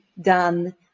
done